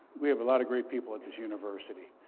we have a lot of great people at this university.